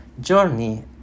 journey